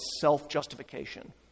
self-justification